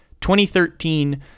2013